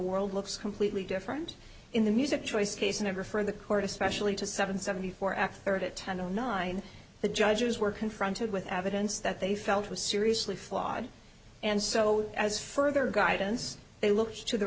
world looks completely different in the music choice case number for the court especially to seven seventy four act third at ten o nine the judges were confronted with evidence that they felt was seriously flawed and so as further guidance they look to the